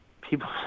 People